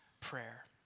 prayer